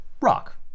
Rock